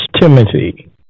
Timothy